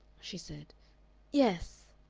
she said yes.